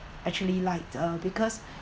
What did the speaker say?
actually like uh because